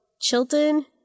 Chilton